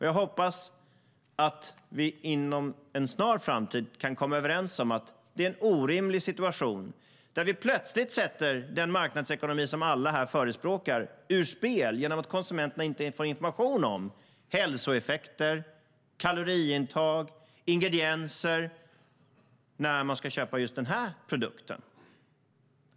Jag hoppas att vi inom en snar framtid kan komma överens om att det är en orimlig situation när vi plötsligt sätter den marknadsekonomi som vi alla förespråkar ur spel genom att konsumenterna inte får information om hälsoeffekter, kaloriinnehåll och ingredienser när de ska köpa just denna produkt.